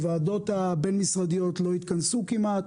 הוועדות הבין-משרדיות לא התכנסו כמעט,